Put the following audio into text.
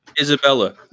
Isabella